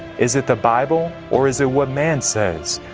is it the bible or is it what man says?